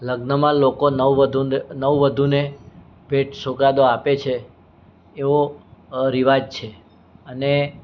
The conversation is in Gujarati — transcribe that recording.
લગ્નમાં લોકો નવ વધુને નવ વધુને ભેટ સોગાદો આપે છે એવો રિવાજ છે અને